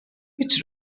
هیچ